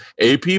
AP